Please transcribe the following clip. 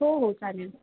हो हो चालेल